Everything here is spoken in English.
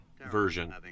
version